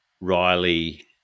Riley